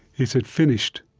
he said, finished.